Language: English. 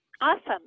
Awesome